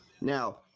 Now